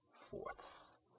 fourths